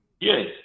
Yes